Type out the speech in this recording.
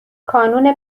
کانون